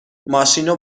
ماشینو